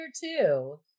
two